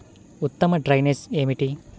ఉత్తమ డ్రైనేజ్ ఏమిటి?